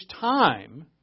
time